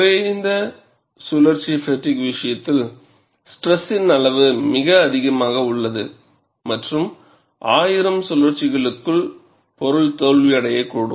குறைந்த சுழற்சி ஃப்பெட்டிக் விஷயத்தில் ஸ்ட்ரெஸின் அளவு மிக அதிகமாக உள்ளது மற்றும் 1000 சுழற்சிகளுக்குள் பொருள் தோல்வியடையக்கூடும்